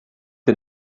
ihr